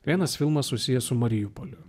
vienas filmas susijęs su mariupolio